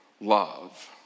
love